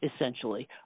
essentially